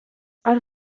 els